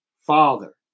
Father